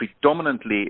predominantly